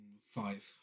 Five